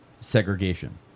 segregation